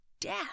death